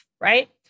Right